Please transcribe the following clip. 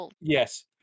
Yes